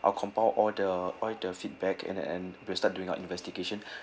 I'll compile all the all the feedback and then and we'll start doing our investigation